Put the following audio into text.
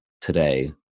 today